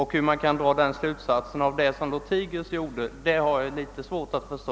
Hur man kan dra sådana slutsatser som herr Lothigius gjorde har jag svårt att förstå.